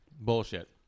Bullshit